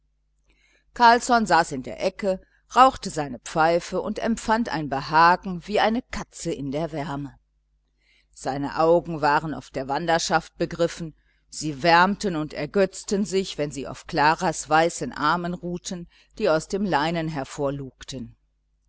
carlsson saß in der ecke rauchte seine pfeife und empfand ein behagen wie eine katze in der wärme seine augen waren auf der wanderschaft begriffen sie wärmten und ergötzten sich wenn sie auf klaras weißen armen ruhten die aus dem leinen